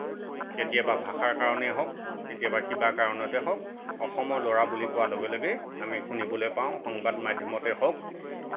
কেতিয়াবা ভাষাৰ কাৰণেই হওক কেতিয়াবা কিবাৰ কাৰণতেই হওক অসমৰ ল'ৰা বুলি কোৱাৰ লগে লগেই আমি শুনিবলৈ পাওঁ সংবাদ মাধ্যমতেই হওক